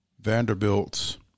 Vanderbilt's